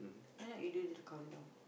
why not you do this countdown